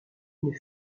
une